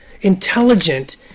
intelligent